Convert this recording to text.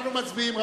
אנחנו מצביעים,